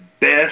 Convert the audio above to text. best